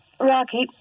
Rocky